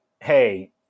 hey